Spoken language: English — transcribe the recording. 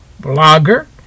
Blogger